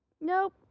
nope